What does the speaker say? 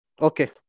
okay